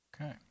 Okay